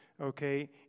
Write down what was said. okay